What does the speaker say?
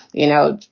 you know,